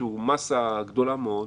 שהוא מסה גדולה מאוד,